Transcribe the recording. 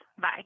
Bye